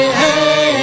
hey